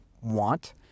want